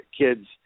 kids